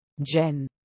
Jen